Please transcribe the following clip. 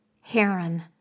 Heron